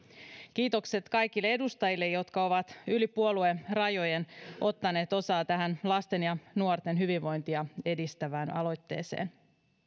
kiitokset kaikille edustajille jotka ovat yli puoluerajojen ottaneet osaa tähän lasten ja nuorten hyvinvointia edistävään aloitteeseen